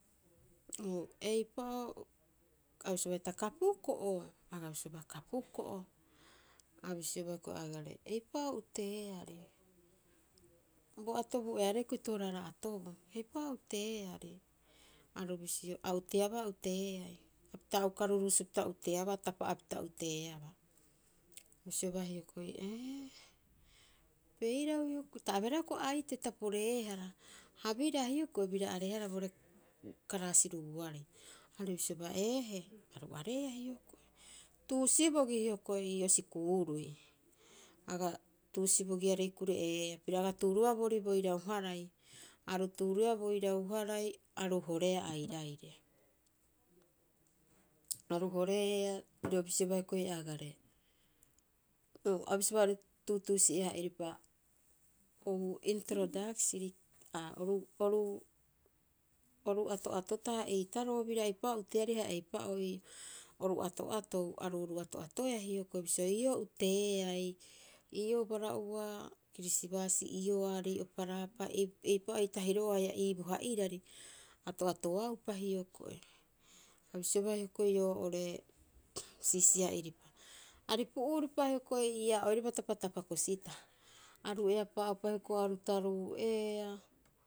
Eipa'oo, a bisioba hita kapuko'o, aga bisioba kapuko'o. A bisioba hioko'i agare, eipa'oo uteeari. Bo atobuu'oeaarei hioko'i tooraaraa atobuu, eipa'oo uteeari, aru bisio, a uteeaba hioko'i uteeai. Hapita a uka ruruusu pita uteeaba a tapa'a pita uteeaba. Ha bisiobaa hioko'i, ee peirau hioko'i. Ta abeehara hioko'i aitee, ta poreehara, ha biraa hioko'i baira areehara boore karaasirubuarei. Aru bisiobaa, Eehe, aru areea hioko'i. Tuusi bogi hioko'i ii'oo sikuurui. Aga tuusi bogiarei kure'eea, piro aga tuurubaa boori bo ira- harai, aru tuuruia bo irau- harai. Aru horeea airaire piro bisioba hioko'i agare, A bisiobaa oo'ore tuutuusi'e- hara'iripa. Uu intorodaksin, oru, oru, oru atoatotaha eitaroo bira haia eipa'oo uteeari haia eipa'oo oru ato'atou. Aru oru ato'atoea hioko'i bisio ii'oo uteeai, ii'oo bara'oa kirisibaasi, ii'oo aarei oparaapa eitaro'oo haia iiboha irari. A ato'atoaupa hioko'i. A bisiobaa hioko'i oo'ore Siisia'iripa, aripu'iripa hioko'i ii'aa oira tapatapakosiitaha. Aru eapaa'upa hioko'i aru taruu'eea.